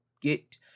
get